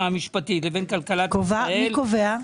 המשפטית לבין כלכלת ישראל- - מי קובע?